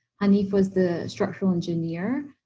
hanif was the structural engineer,